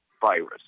virus